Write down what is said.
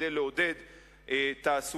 כדי לעודד תעסוקה,